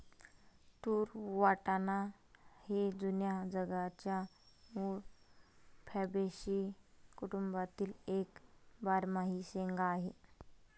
तूर वाटाणा हे जुन्या जगाच्या मूळ फॅबॅसी कुटुंबातील एक बारमाही शेंगा आहे